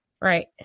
Right